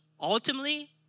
ultimately